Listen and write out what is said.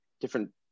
different